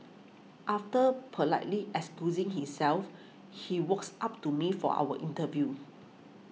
after politely excusing himself he walks up to me for our interview